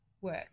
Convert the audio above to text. work